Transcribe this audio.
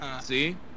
See